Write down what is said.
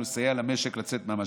ולסייע למשק לצאת מהמשבר.